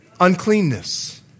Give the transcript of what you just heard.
Uncleanness